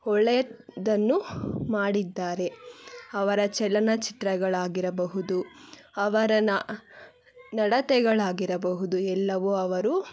ಒಳ್ಳೆಯದನ್ನು ಮಾಡಿದ್ದಾರೆ ಅವರ ಚಲನಚಿತ್ರಗಳಾಗಿರಬಹುದು ಅವರ ನಡತೆಗಳಾಗಿರಬಹುದು ಎಲ್ಲವೂ ಅವರು